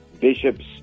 bishops